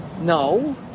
No